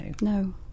No